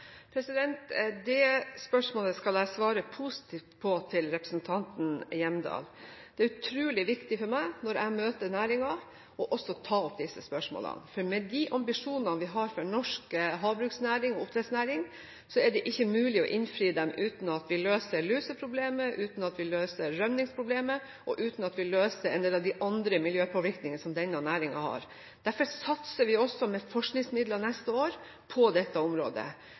Det spørsmålet kan jeg svare positivt på til representanten Hjemdal. Det er utrolig viktig for meg når jeg møter næringen å ta opp også disse spørsmålene, for med de ambisjonene vi har for norsk havbruksnæring og oppdrettsnæring, er det ikke mulig å innfri disse uten at vi løser luseproblemet, uten at vi løser rømmingsproblemet, og uten at vi løser en del av de andre miljøpåvirkningene som denne næringen har. Derfor satser vi på dette området med forskningsmidler også neste år,